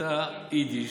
הייתה יידיש,